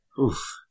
Oof